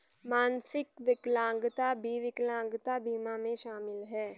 मानसिक विकलांगता भी विकलांगता बीमा में शामिल हैं